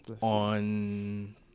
on